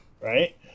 Right